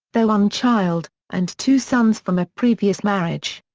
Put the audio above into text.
their one child, and two sons from a previous marriage.